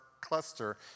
cluster